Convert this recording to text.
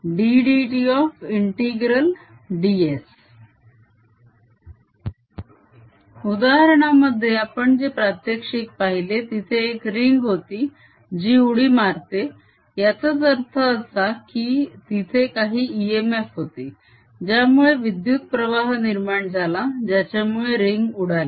dsBddtds उदाहरणामध्ये आपण जे प्रात्यक्षिक पाहिले तिथे एक रिंग होती जी उडी मारते याचाच अर्थ असा की तिथे काही इएमएफ होते ज्यामुळे विद्युत्प्रवाह निर्माण झाला ज्याच्यामुळे रिंग उडाली